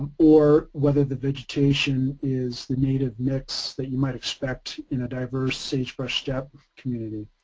or whether the vegetation is the native mix that you might expect in a diverse sagebrush steppe community.